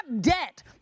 debt